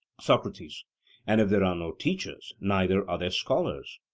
socrates and if there are no teachers, neither are there scholars?